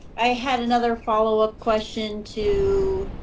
i had another follow-up question to.